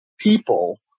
people